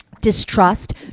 distrust